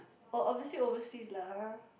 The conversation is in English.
oh obviously overseas lah har